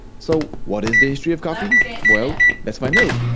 so what is the history of coffee? well. let's find out!